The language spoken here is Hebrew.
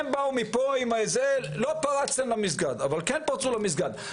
הם באו ואמרו שלא פרצתם למסגד, אבל כן פרצו למסגד.